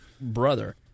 brother